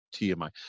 TMI